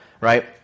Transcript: right